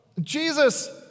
Jesus